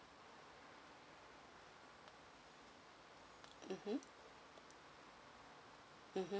mmhmm mmhmm